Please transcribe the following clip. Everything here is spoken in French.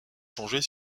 changer